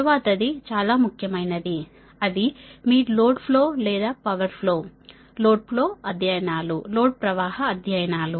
తరువాతది చాలా ముఖ్యమైనది అది మీ లోడ్ ఫ్లో లేదా పవర్ ఫ్లో లోడ్ ప్రవాహ అధ్యయనాలు